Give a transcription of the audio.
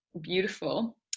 beautiful